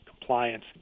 compliance